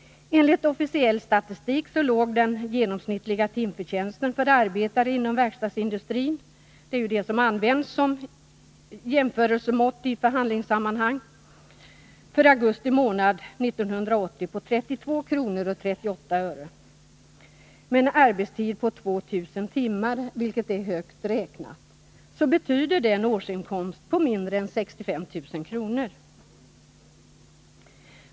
Enligt officiell statistik låg den genomsnittliga timförtjänsten för arbetare inom verkstadsindustrin — vilken används som inkomstmått i förhandlingssammanhang - för augusti månad 1980 på 32:38 kr. Med en arbetstid på 2 000 timmar, vilket är högt räknat, betyder det en årsinkomst på mindre än 65 000 kr.